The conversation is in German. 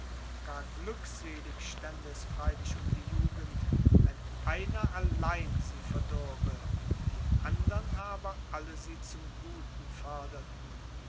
glückselig stände es freilich um die jugend wenn einer allein sie verdürbe die andern aber alle sie zum guten